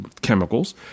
chemicals